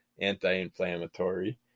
anti-inflammatory